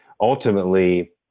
ultimately